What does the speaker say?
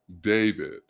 David